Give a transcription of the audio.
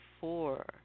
four